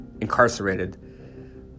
incarcerated